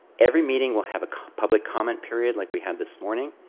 every meeting will have a public comment period, like we had this morning,